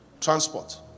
transport